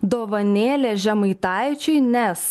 dovanėlė žemaitaičiui nes